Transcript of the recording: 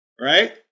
right